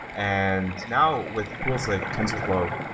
and now, with tools like tensorflor,